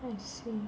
I see